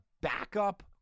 backup